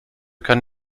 kann